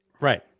right